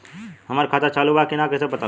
हमार खाता चालू बा कि ना कैसे पता चली?